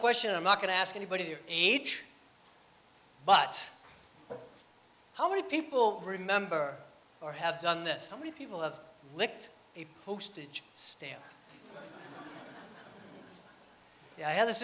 question i'm not going to ask anybody your age but how many people remember or have done this how many people have licked a postage stamp had th